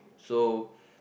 so